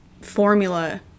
formula